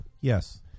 Yes